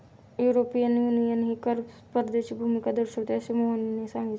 European युनियनही कर स्पर्धेची भूमिका दर्शविते, असे मोहनने सांगितले